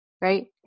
Right